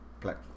black